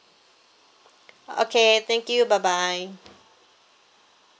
okay thank you bye bye